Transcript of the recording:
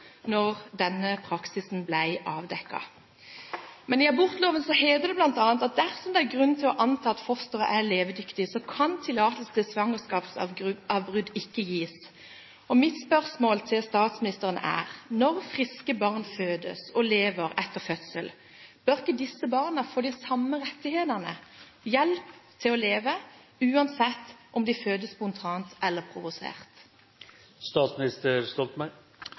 denne praksisen ble avdekket. I abortloven heter det bl.a. at dersom det er «grunn til å anta at fosteret er levedyktig, kan tillatelse til svangerskapsavbrudd ikke gis». Mitt spørsmål til statsministeren er: Når friske barn fødes og lever etter fødsel, bør ikke disse barna få de samme rettighetene – hjelp til å leve – uansett om de fødes spontant eller